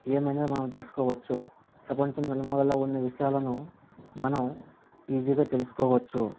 ఏమైనా మనం తెలుసుకోవచ్చు ప్రపంచం నలుమూలల ఉన్న విషయాలను మనం ఈజీగా తెలుసుకోవచ్చు